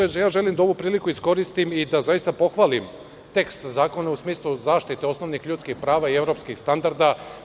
Ja želim da ovu priliku iskoristim i da zaista pohvalim tekst zakona, u smislu zaštite osnovnih ljudskih prava i evropskih standarda.